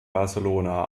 barcelona